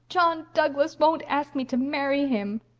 john douglas won't ask me to marry him.